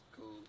cool